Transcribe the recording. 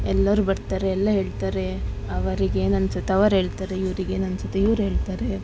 ಎಲ್ಲರೂ ಬರ್ತಾರೆ ಎಲ್ಲ ಹೇಳ್ತಾರೆ ಅವರಿಗೆ ಏನನ್ನಿಸುತ್ತೆ ಅವರು ಹೇಳ್ತಾರೆ ಇವರಿಗೆ ಏನನ್ನಿಸುತ್ತೆ ಇವ್ರು ಹೇಳ್ತಾರೆ